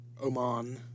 Oman